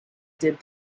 did